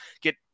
get